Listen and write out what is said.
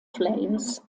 flames